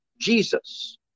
Jesus